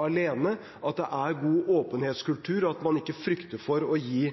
alene, at det er en god åpenhetskultur, og at man ikke frykter for å gi